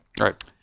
Right